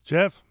Jeff